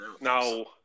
No